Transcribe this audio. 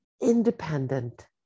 independent